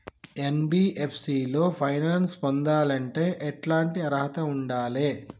NBFC లో finance పొందాలంటే ఎట్లాంటి అర్హత ఉండాలే?